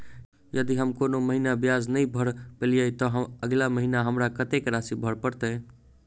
यदि हम कोनो महीना ब्याज नहि भर पेलीअइ, तऽ अगिला महीना हमरा कत्तेक राशि भर पड़तय?